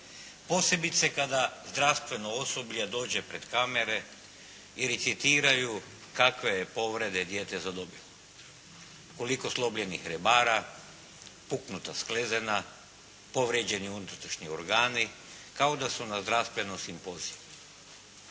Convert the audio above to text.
posebice kada zdravstvenog osoblje dođe pred kamare i recitiraju kakve je povrede dijete zadobilo. Koliko slomljenih rebara, puknuta slezena, povrijeđeni unutrašnji organi kao da su na zdravstvenom simpoziju.